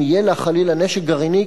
אם יהיה לה חלילה נשק גרעיני,